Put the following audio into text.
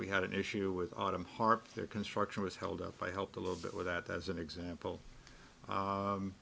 we had an issue with autumn harp their construction was held up by helped a little bit with that as an example